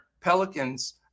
Pelicans